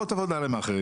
פחות עבודה למאכערים.